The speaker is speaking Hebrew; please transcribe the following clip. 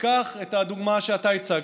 תיקח את הדוגמה שאתה הצגת: